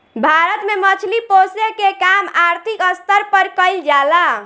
भारत में मछली पोसेके के काम आर्थिक स्तर पर कईल जा ला